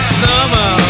summer